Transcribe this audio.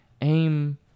aim